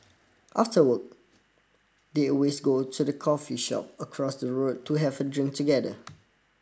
after work they always go to the coffee shop across the road to have a drink together